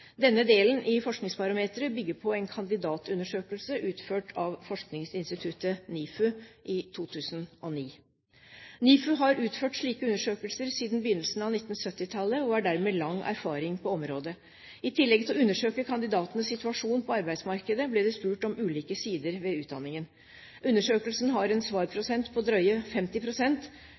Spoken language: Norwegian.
Denne delen i Forskningsbarometeret bygger på Kandidatundersøkelsen 2009 utført av forskningsinstituttet NIFU. NIFU har utført slike undersøkelser siden begynnelsen av 1970-tallet, og har dermed lang erfaring på området. I tillegg til å undersøke kandidatenes situasjon på arbeidsmarkedet ble det spurt om ulike sider ved utdanningen. Undersøkelsen har en svarprosent på drøye